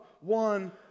one